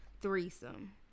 Threesome